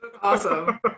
awesome